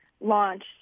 launched